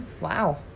Wow